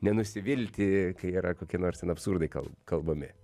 nenusivilti kai yra kokie nors ten absurdai kal kalbami